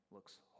looks